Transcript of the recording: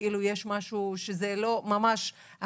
כאילו יש משהו שזה לא ממש,